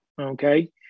okay